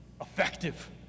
effective